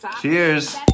Cheers